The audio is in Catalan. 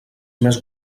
més